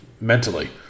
mentally